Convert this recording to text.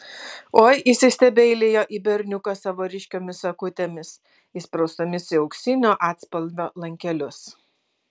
oi įsistebeilijo į berniuką savo ryškiomis akutėmis įspraustomis į auksinio atspalvio lankelius